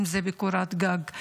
אם זה בקורת גג,